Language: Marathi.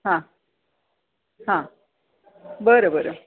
हां हां बरं बरं